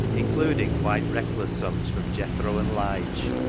including quite reckless sums from jethro and lige,